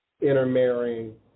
intermarrying